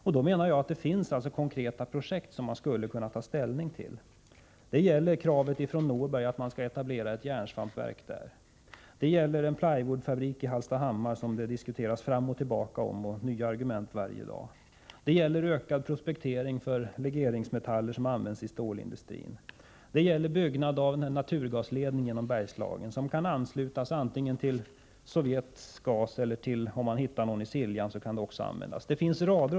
Jag menar att det finns konkreta projekt som man skulle kunna ta ställning till. Det gäller t.ex. kravet från Norberg på etablering av ett järnsvampverk och vidare kravet på en plywoodfabrik i Hallstahammar. Den frågan har diskuterats fram och tillbaka, och det framförs nya argument varje dag. Det gäller också ökad prospektering beträffande legeringsmetaller för stålindustrin, byggnad av naturgasledning genom Bergslagen med anslutning antingen till Sovjets gas eller till gas från Siljansområdet, om man hittar gas där.